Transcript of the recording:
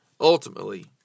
ultimately